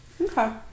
Okay